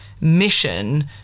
mission